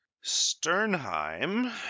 Sternheim